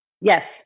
Yes